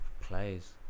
plays